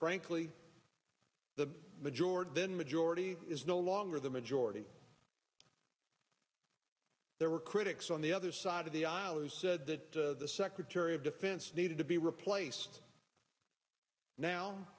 frankly the majority then majority is no longer the majority there were critics on the other side of the aisle who said that the secretary of defense needed to be replaced now